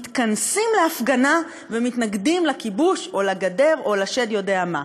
מתכנסים להפגנה ומתנגדים לכיבוש או לגדר או לשד יודע מה.